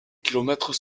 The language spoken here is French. kilomètres